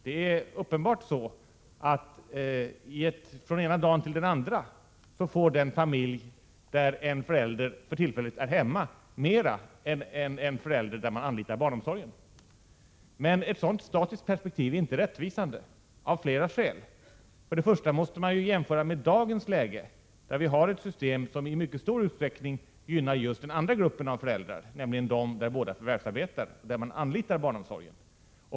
Det är uppenbarligen så att från den ena dagen till den andra får den familj där en förälder för tillfället är hemma mer än en familj där man anlitar barnomsorg. Men ett sådant statiskt perspektiv är av flera skäl inte rättvisande. För det första måste man jämföra med dagens läge, där vi har ett system som i mycket stor utsträckning gynnar just den andra gruppen av familjer, nämligen den där båda föräldrarna förvärvsarbetar och anlitar barnomsorgen.